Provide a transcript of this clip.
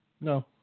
No